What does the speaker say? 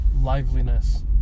liveliness